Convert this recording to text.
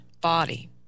body